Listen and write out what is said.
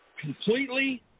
completely